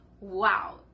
Wow